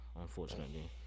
Unfortunately